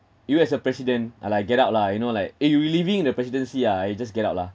you as a president ah like get out lah you know like eh you leaving the presidency ah eh just get out lah